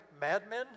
madmen